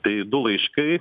tai du laiškai